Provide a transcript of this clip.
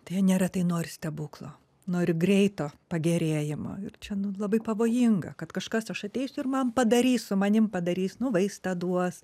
tai jie neretai nori stebuklo nori greito pagerėjimo ir čia labai pavojinga kad kažkas aš ateisiu ir man padarys su manim padarys nu vaistą duos